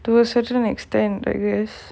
to a certain extent I guess